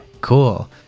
cool